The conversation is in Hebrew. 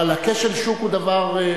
אבל כשל השוק הוא דבר,